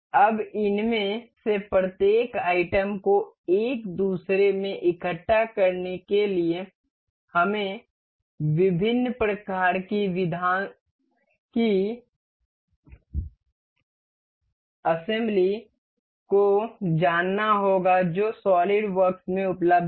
अब इनमें से प्रत्येक आइटम को एक दूसरे में इकट्ठा करने के लिए हमें विभिन्न प्रकार की विधानसभाओं को जानना होगा जो सॉलिडवर्क्स में उपलब्ध हैं